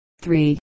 three